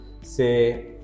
say